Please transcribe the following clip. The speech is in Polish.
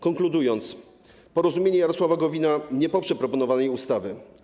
Konkludując, Porozumienie Jarosława Gowina nie poprze proponowanej ustawy.